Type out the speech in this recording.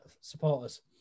supporters